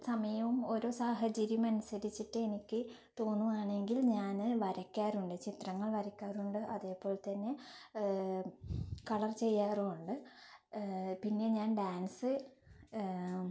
സമയവും ഓരോ സാഹചര്യമനുസരിച്ചിട്ട് എനിക്ക് തോന്നുവാണെങ്കിൽ ഞാൻ വരയ്ക്കാറുണ്ട് ചിത്രങ്ങൾ വരയ്ക്കാറുണ്ട് അതേപോലെ തന്നെ കളർ ചെയ്യാറുമുണ്ട് പിന്നെ ഞാൻ ഡാൻസ്